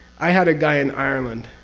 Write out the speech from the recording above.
i had a guy in ireland.